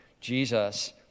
Jesus